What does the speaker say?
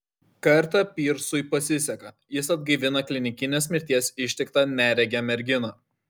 kartą pyrsui pasiseka jis atgaivina klinikinės mirties ištiktą neregę merginą